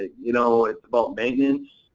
you know it's about maintenance.